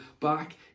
back